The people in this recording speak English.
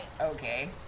Okay